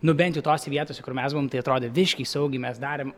nu bent jau tose vietose kur mes buvom tai atrodė visiškai saugiai mes darėm